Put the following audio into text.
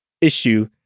issue